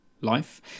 Life